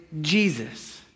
Jesus